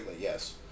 Yes